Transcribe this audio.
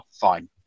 Fine